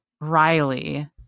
Riley